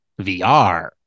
VR